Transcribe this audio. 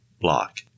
block